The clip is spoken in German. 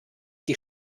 die